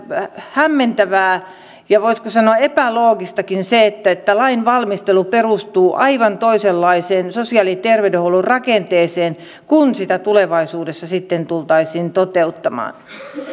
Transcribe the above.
hämmentävää ja voisiko sanoa epäloogistakin se että että lain valmistelu perustuu aivan toisenlaiseen sosiaali ja terveydenhuollon rakenteeseen kuin sitä tulevaisuudessa sitten tultaisiin toteuttamaan